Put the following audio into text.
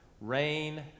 rain